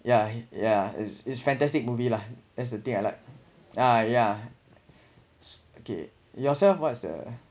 yeah yeah is is fantastic movie lah that's the thing I like ah yeah okay yourself what's the